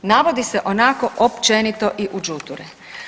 Navodi se onako općenito i u đuture.